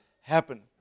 happen